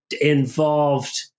involved